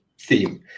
theme